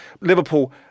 Liverpool